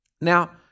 Now